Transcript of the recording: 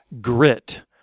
grit